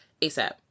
ASAP